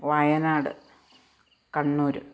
Wayanad Kannur